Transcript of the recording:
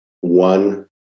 one